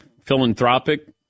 philanthropic